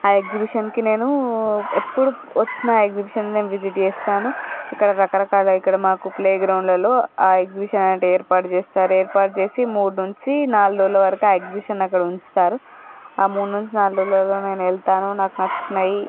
ఆ ఎగ్జిబిషన్కి నేను ఎప్పుడు వచ్చిన ఆ ఎగ్జిబిషన్ విజిట్ చేస్తాను ఇక్కడ రకరకాల ఇక్కడ మాకు ప్లే గ్రౌండ్లలో ఆ ఎగ్జిబిషన్ అనేది ఏర్పాటు చేస్తారు ఏర్పాటుచేసి మూడు నుంచి నాలుగు రోజుల వరకు ఆ ఎగ్జిబిషన్ అక్కడ ఉంచుతారు ఆ మూడు నుంచి నాలుగు రోజులలో నేను వెళ్తాను నాకు నచ్చినవి